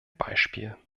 beispiel